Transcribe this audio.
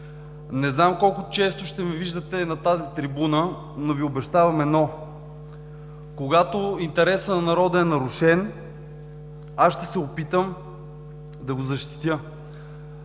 Не знам колко често ще ме виждате на тази трибуна, но Ви обещавам едно, когато интересът на народа е нарушен, аз ще се опитам да го защитя,